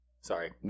Sorry